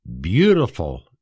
beautiful